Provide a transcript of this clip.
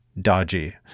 dodgy